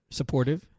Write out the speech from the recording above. supportive